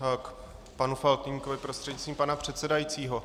K panu Faltýnkovi prostřednictvím pana předsedajícího.